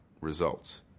results